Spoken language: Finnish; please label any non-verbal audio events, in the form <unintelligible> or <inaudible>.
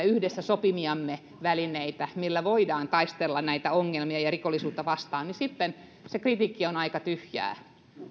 <unintelligible> yhdessä sopimiamme välineitä joilla voidaan taistella näitä ongelmia ja rikollisuutta vastaan sitten se kritiikki on aika tyhjää